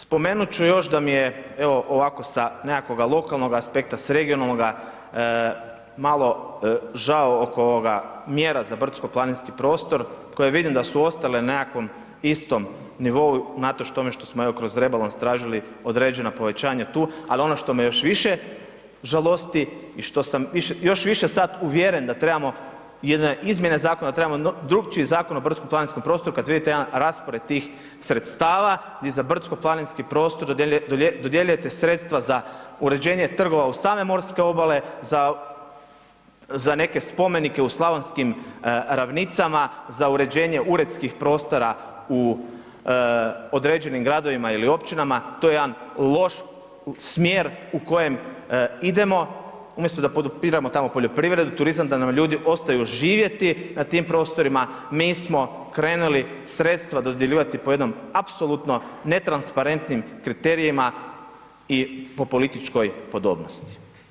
Spomenut ću još da mi je evo ovako nekako sa lokalnoga aspekta, sa regionalnoga malo žao oko ovoga mjera za brdsko-planinski prostor koje vidim da su ostale na nekom istom nivou unatoč tome što smo evo kroz rebalans tražili određeno povećanje tu, ali ono što me još više žalosti i što sam još više sad uvjeren da trebamo jedne izmjene, da trebamo drukčiji zakon o brdsko-planinskom prostoru kad vidite jedan raspored tih sredstava gdje za brdsko-planinske prostore dodjeljujete sredstva uređenje trgova uz same morske obale, za neke spomenike u slavonskim ravnicama, za uređenje uredskih prostora u određenim gradovima ili općinama to je jedan loš smjer u kojem idemo umjesto da podupiremo tamo poljoprivredu, turam da nam ljudi ostaju živjeti na tim prostorima mi smo krenuli sredstava dodjeljivati po jednom apsolutno netransparentnim kriterijima i po političkoj podobnosti.